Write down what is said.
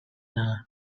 lana